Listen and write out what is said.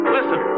Listen